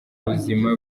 buzima